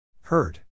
Hurt